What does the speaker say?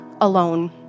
alone